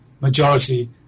majority